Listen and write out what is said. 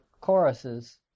choruses